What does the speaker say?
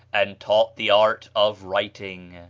and taught the art of writing.